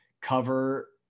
cover